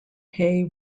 hay